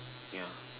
yeah